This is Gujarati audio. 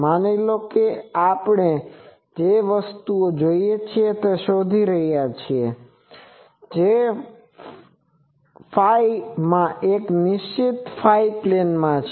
માની લો કે આપણે જે વસ્તુ જોઈએ છે તે શોધી રહ્યા છીએ જે ϕમાં એક નિશ્ચિત ϕ પ્લેનમાં છે